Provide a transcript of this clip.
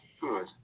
good